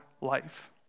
life